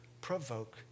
provoke